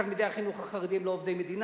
המורים של תלמידי החינוך החרדי הם לא עובדי מדינה.